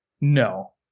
no